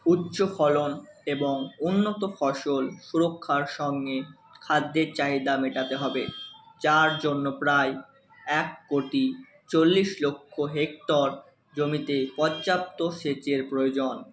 উচ্চ ফলন এবং উন্নত ফসল সুরক্ষার সঙ্গে খাদ্যের চাহিদা মেটাতে হবে যার জন্য প্রায় এক কোটি চল্লিশ লক্ষ হেক্টর জমিতে পর্যাপ্ত সেচের প্রয়োজন